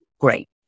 great